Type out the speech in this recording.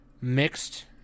Mixed